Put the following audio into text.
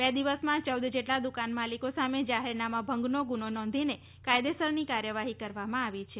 બે દિવસમાં યૌદ જેટલા દુકાન માલિકો સામે જાહેરનામા ભંગનો ગુનો નોંધીને કાયદેસરની કાર્યવાહી કરવામાં આવી છે